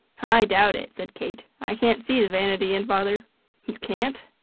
i doubt it! said kate. i can't see the vanity in father. you can't?